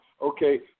Okay